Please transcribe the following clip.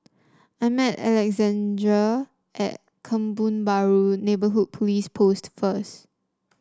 I'm meet Alexandre at Kebun Baru Neighbourhood Police Post first